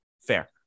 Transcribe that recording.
Fair